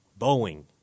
Boeing